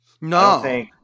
No